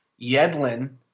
Yedlin